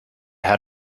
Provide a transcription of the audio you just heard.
had